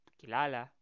kilala